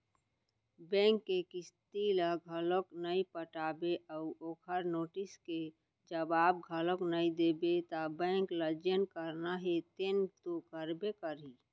bank के किस्ती ल घलोक नइ पटाबे अउ ओखर नोटिस के जवाब घलोक नइ देबे त बेंक ल जेन करना हे तेन तो करबे करही